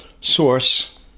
source